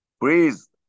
please